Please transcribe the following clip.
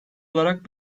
olarak